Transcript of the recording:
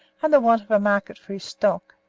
and the want of a market for his stock,